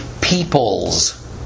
peoples